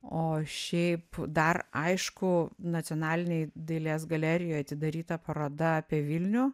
o šiaip dar aišku nacionalinėj dailės galerijoj atidaryta paroda apie vilnių